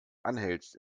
anhältst